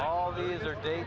all these are day